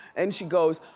and she goes,